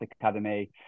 Academy